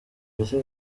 mbese